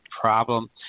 problem